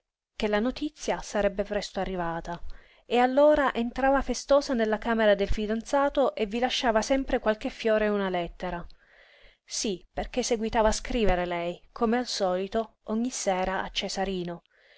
che la notizia sarebbe presto arrivata e allora entrava festosa nella camera del fidanzato e vi lasciava sempre qualche fiore e una lettera sí perché seguitava a scrivere lei come al solito ogni sera a cesarino